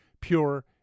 Pure